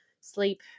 sleep